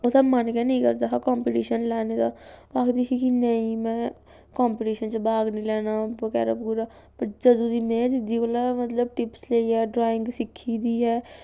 ओह्दा मन गै नेईं करदा हा कंपीटीशन लैने दा आखदी ही कि नेईं में कंपीटीशन च भाग निं लैना बगैरा बगैरा जदूं दी में मतलब दीदी कोला टिप्स लेइयै ड्राइंग सिक्खी दी ऐ